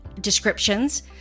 descriptions